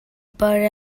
per